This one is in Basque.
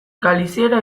galiziera